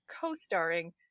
co-starring